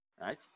right